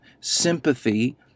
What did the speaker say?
sympathy